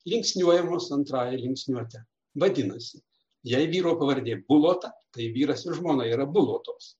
linksniuojamos antrąja linksniuote vadinasi jei vyro pavardė bulota tai vyras ir žmona yra bulotos